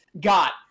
got